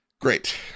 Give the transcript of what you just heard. Great